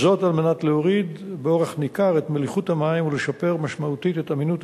כדי להוריד באורח ניכר את מליחות המים ולשפר משמעותית את אמינות